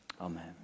Amen